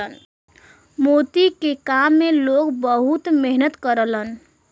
मोती के काम में लोग बहुत मेहनत करलन